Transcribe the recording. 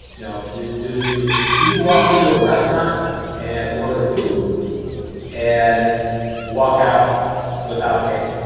you know and do do you do you walk into a restaurant and order food and walk out without pay?